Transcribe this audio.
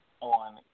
on